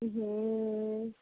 हूँ